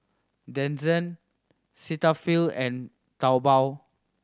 Denizen Cetaphil and Taobao